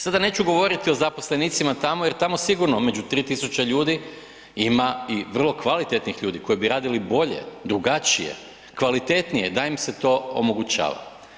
Sada neću govoriti o zaposlenicima tamo jer tamo sigurno među 3000 ljudi ima i vrlo kvalitetnih ljudi koji bi radili bolje, drugačije, kvalitetnije da im se to omogućava.